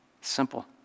Simple